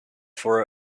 for